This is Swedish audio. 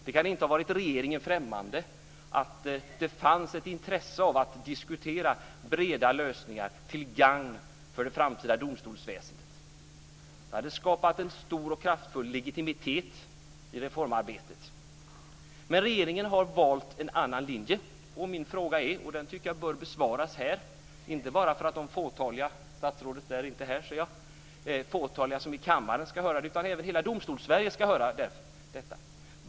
Det kan inte ha varit regeringen främmande att det fanns ett intresse av att diskutera breda lösningar till gagn för det framtida domstolsväsendet. Det hade skapat en stor och kraftfull legitimitet i reformarbetet. Men regeringen har valt en annan linje. Min fråga är följande, och den bör besvaras här. Det tycker jag inte bara för att de fåtaliga här i kammaren - statsrådet är inte här, ser jag - ska höra det, utan också för att hela Domstolssverige ska höra det.